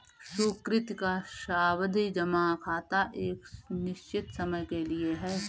सुकृति का सावधि जमा खाता एक निश्चित समय के लिए है